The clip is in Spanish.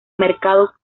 mercados